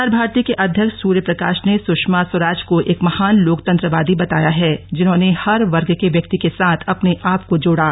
प्रसार भारती के अध्यक्ष सूर्यप्रकाश ने सुषमा स्वराज को एक महान लोकतंत्रवादी बताया है जिन्होंने हर वर्ग के व्यक्ति के साथ अपने आपको जोड़ा